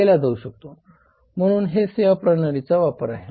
म्हणून हे सेवा प्रणालीचा वापर आहे